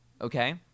okay